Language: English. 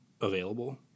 available